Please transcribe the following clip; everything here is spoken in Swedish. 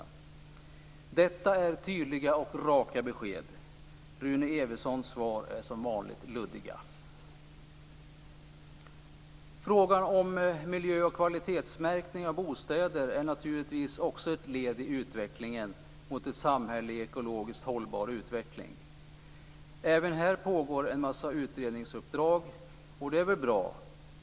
Detta är tydliga och raka besked. Rune Evenssons svar är som vanligt luddiga. Frågan om miljö och kvalitetsmärkning av bostäder är naturligtvis också ett led i utvecklingen mot ett samhälle i ekologiskt hållbar utveckling. Även här pågår en massa utredningsuppdrag, och det är väl bra.